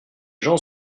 gens